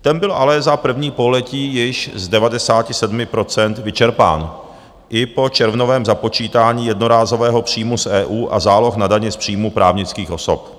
Ten byl ale za první pololetí již z 97 % vyčerpán i po červnovém započítání jednorázového příjmu z EU a záloh na daně z příjmů právnických osob.